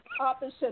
opposite